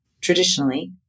Traditionally